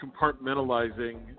compartmentalizing